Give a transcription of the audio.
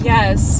Yes